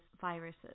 viruses